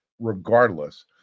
regardless